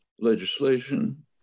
legislation